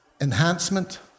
enhancement